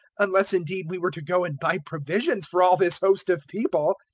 unless indeed we were to go and buy provisions for all this host of people.